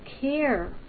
care